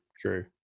true